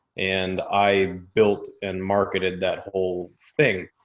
and i built and marketed that whole thing.